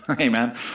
amen